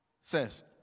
says